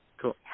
Cool